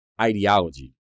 ideology